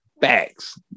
Facts